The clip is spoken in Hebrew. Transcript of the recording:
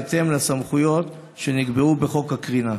בהתאם לסמכויות שנקבעו בחוק הקרינה.